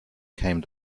came